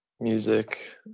music